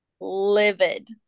livid